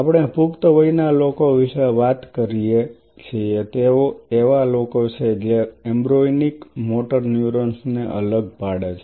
આપણે પુખ્ત વયના લોકો વિશે વાત કરીએ છીએ તેઓ એવા લોકો છે જે એમ્બ્રોયનિક મોટર ન્યુરોન્સ ને અલગ પાડે છે